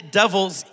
devils